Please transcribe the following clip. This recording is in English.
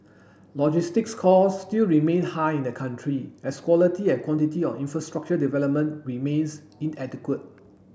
logistics costs still remain high in the country as quality and quantity of infrastructure development remains inadequate